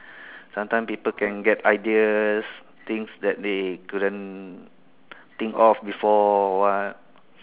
sometime people can get ideas things that they couldn't think of before or what